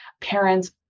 parents